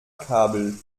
kabel